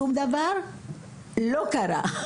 שום דבר לא קרה.